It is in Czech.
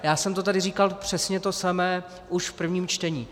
Já jsem tady říkal přesně to samé už v prvním čtení.